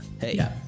Hey